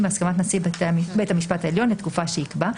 בהסכמת נשיא בית המשפט העליון לתקופה שיקבע.